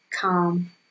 calm